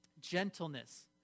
gentleness